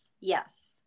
yes